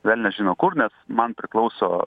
velnias žino kur nes man priklauso